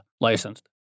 licensed